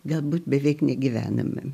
galbūt beveik negyvenama